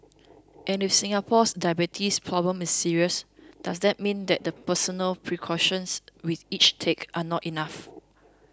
and if Singapore's diabetes problem is serious does that mean that the personal precautions we each take are not enough